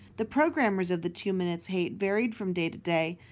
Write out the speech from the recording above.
the programmes of the two minutes hate varied from day to day,